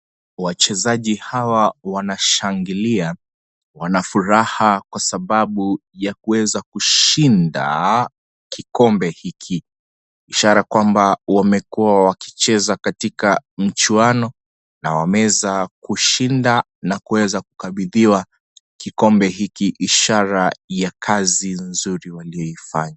Wachezaji hawa wanashangilia. Wana furaha kwa sababu ya kuweza kushinda kikombe hiki. Ishara kwamba wamekuwa wakicheza katika mchuano na wameza kushinda na kuweza kukabidhiwa kikombe hiki. Ishara ya kazi nzuri waliyoifanya.